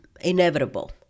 inevitable